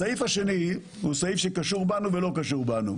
הסעיף השני קשור בנו ולא קשור בנו.